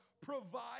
Provide